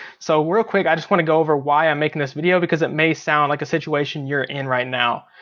so real quick, i just want go over why i'm making this video, because it may sound like a situation you're in right now.